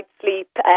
sleep